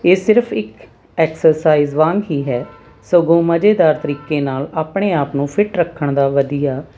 ਇਹ ਸਿਰਫ ਇੱਕ ਐਕਸਰਸਾਈਜ਼ ਵਾਂਗ ਹੀ ਹੈ ਸਗੋਂ ਮਜੇਦਾਰ ਤਰੀਕੇ ਨਾਲ ਆਪਣੇ ਆਪ ਨੂੰ ਫਿਟ ਰੱਖਣ ਦਾ ਵਧੀਆ